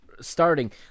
starting